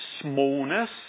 smallness